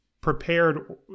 prepared